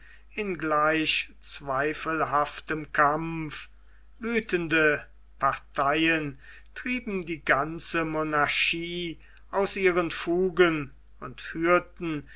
in gleich zweifelhaftem kampf wüthende parteien trieben die ganze monarchie aus ihren fugen und führten